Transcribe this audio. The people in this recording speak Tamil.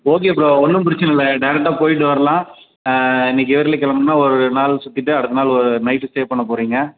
ஓகே ப்ரோ ஒன்றும் பிரச்சின இல்லை டேரெக்டாக போய்விட்டு வரலாம் இன்றைக்கி இயர்லி கிளம்புனா ஒரு நாள் சுற்றிட்டு அடுத்த நாள் ஓ நைட்டு ஸ்டே பண்ண போகிறீங்க